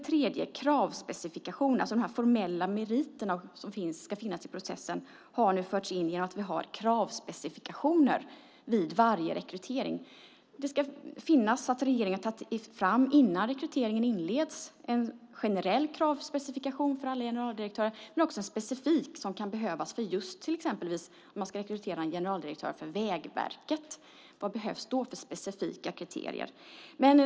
Sedan har de formella meriter som ska finnas i processen nu förts in genom att vi har kravspecifikationer vid varje rekrytering. Regeringen ska innan rekryteringen inleds ha tagit fram en generell kravspecifikation för alla generaldirektörer men också en specifik som kan behövas till exempel om man ska rekrytera en generaldirektör för Vägverket - vad behövs då för specifika kriterier?